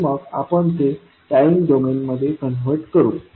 आणि मग आपण ते टाईम डोमेनमध्ये कन्व्हर्ट करू